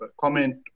comment